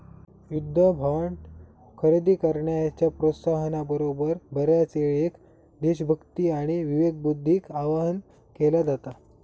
युद्ध बॉण्ड खरेदी करण्याच्या प्रोत्साहना बरोबर, बऱ्याचयेळेक देशभक्ती आणि विवेकबुद्धीक आवाहन केला जाता